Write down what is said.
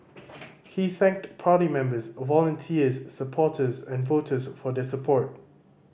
he thanked party members volunteers supporters and voters for their support